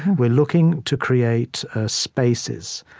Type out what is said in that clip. we're looking to create spaces,